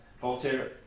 Voltaire